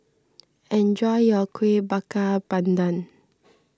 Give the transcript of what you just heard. enjoy your Kueh Bakar Pandan